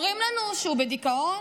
אומרים לנו שהוא בדיכאון,